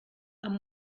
amb